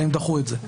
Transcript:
אלא אם דחו את זה.